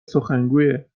سخنگویه